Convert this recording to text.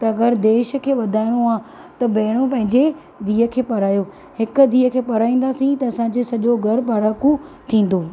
त अगरि देश खे वधाइणो आहे त भेणूं पंहिंजे धीउ खे पढ़ायो हिकु धीउ खे पढ़ाईंदासीं त असांजे सॼो घर पढ़ाकू थींदो